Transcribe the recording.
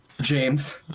James